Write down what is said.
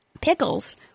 pickles